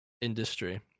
industry